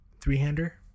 three-hander